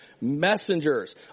messengers